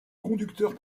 conducteur